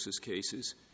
cases